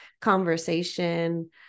conversation